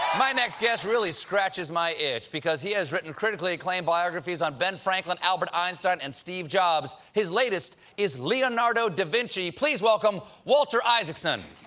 my next guest really scratches my itch, because he has written critically acclaimed biographies on ben franklin, albert einstein and steve jobs. his latest is leonardo da vinci. please welcome walter isaacson.